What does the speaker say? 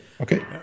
Okay